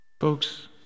Folks